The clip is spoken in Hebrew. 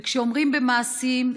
וכשאומרים במעשים,